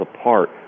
apart